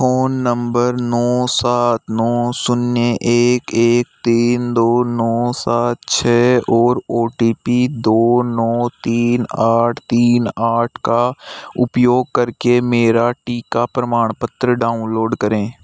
phone number नौ सात नौ शून्य एक एक तीन दो नौ सात छः और ओ टी पी दो नौ तीन आठ तीन आठ का उपयोग कर के मेरा टीका प्रमाण पत्र डाउनलोड करें